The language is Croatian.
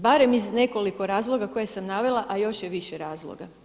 Barem iz nekoliko razloga koje sam navela, a još je više razloga.